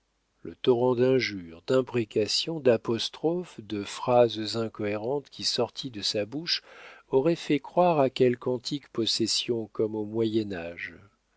le torrent d'injures d'imprécations d'apostrophes de phrases incohérentes qui sortit de sa bouche aurait fait croire à quelque antique possession comme au